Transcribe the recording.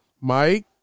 Mike